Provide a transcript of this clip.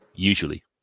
Usually